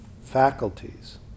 faculties